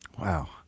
Wow